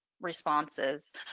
responses